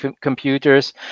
computers